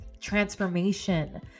transformation